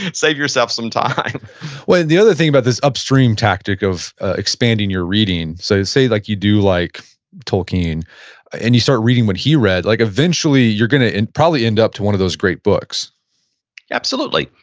save yourself some time well, and the other thing about this upstream tactic of expanding your reading, so say like you do like tolkien and you start reading what he read. like eventually, you're going to and probably end up to one of those great books absolutely.